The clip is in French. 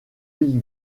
pays